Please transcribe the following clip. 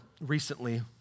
recently